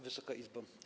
Wysoka Izbo!